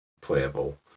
playable